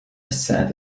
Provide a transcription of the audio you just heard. الساعة